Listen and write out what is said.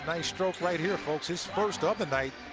nice stroke right here, folks. his first of the night